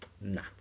Nah